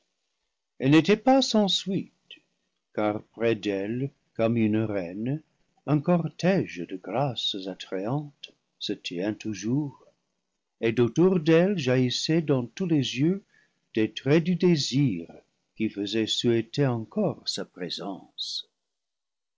elle n'était pas sans suite car près d'elle comme une reine un cortège de grâces attrayantes se tient toujours et d'autour d'elle jaillissait dans tous les yeux des traits du désir qui faisait souhaiter encore sa présence